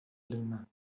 lindern